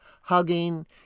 hugging